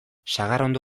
sagarrondo